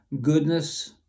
goodness